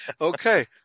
Okay